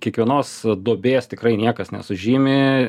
kiekvienos duobės tikrai niekas nesužymi